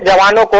yeah la la but